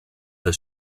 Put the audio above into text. dal